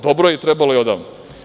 Dobro je, i trebalo je odavno.